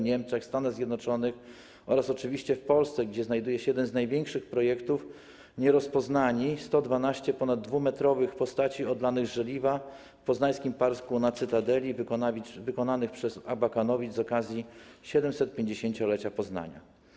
Niemczech, Stanach Zjednoczonych oraz oczywiście w Polsce, gdzie znajduje się jeden z największych projektów: „Nierozpoznani” - 112 ponad 2-metrowych postaci odlanych z żeliwa w poznańskim Parku Cytadela wykonanych przez Abakanowicz z okazji 750-lecia Poznania.